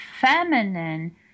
feminine